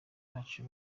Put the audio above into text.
bacu